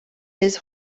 his